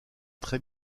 très